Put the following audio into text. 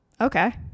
Okay